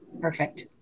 Perfect